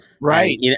Right